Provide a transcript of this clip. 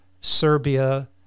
Serbia